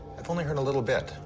i've only heard a little bit.